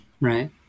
Right